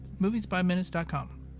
moviesbyminutes.com